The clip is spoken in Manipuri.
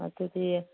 ꯑꯗꯨꯗꯤ